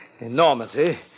enormity